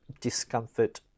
Discomfort